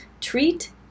treat